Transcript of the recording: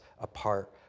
apart